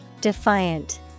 Defiant